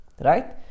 Right